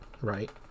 right